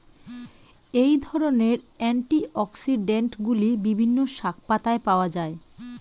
এই ধরনের অ্যান্টিঅক্সিড্যান্টগুলি বিভিন্ন শাকপাতায় পাওয়া য়ায়